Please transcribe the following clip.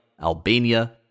Albania